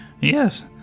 Yes